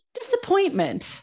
Disappointment